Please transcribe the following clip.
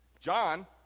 John